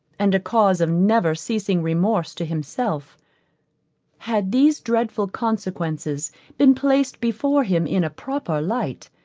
and cause of never-ceasing remorse to himself had these dreadful consequences been placed before him in a proper light,